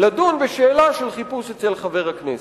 לדון בשאלה של חיפוש אצל חבר הכנסת.